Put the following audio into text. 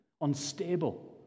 unstable